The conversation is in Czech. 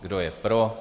Kdo je pro?